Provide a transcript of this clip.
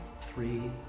three